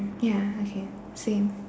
mm ya okay same